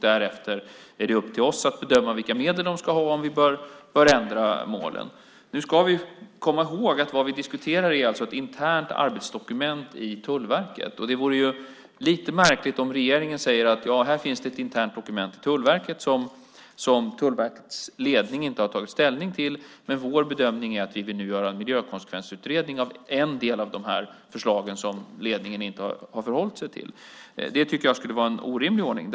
Därefter är det upp till oss att bedöma vilka medel de ska ha och om vi bör ändra målen. Nu ska vi komma ihåg att vad vi diskuterar är ett internt arbetsdokument i Tullverket. Det vore lite märkligt om regeringen sade: Här finns ett internt dokument i Tullverket som Tullverkets ledning inte har tagit ställning till, men vår bedömning är att vi nu vill göra en miljökonsekvensutredning av en del av de förslag som ledningen inte har förhållit sig till. Det tycker jag skulle vara en orimlig ordning.